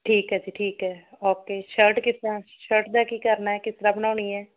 ਠੀਕ ਹੈ ਜੀ ਠੀਕ ਹੈ ਓਕੇ ਸ਼ਰਟ ਕਿਸ ਤਰ੍ਹਾਂ ਸ਼ਰਟ ਦਾ ਕੀ ਕਰਨਾ ਹੈ ਕਿਸ ਤਰ੍ਹਾਂ ਬਣਾਉਣੀ ਹੈ